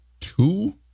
two